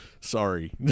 sorry